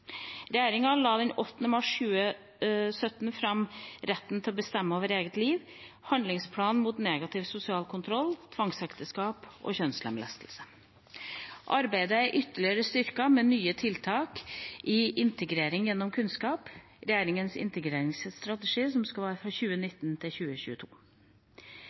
Regjeringa la den 8. mars 2017 fram Retten til å bestemme over eget liv, en handlingsplan mot negativ sosial kontroll, tvangsekteskap og kjønnslemlestelse. Arbeidet er ytterligere styrket med nye tiltak i Integrering gjennom kunnskap, regjeringas integreringsstrategi for 2019–2022. I en undersøkelse fra